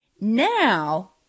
now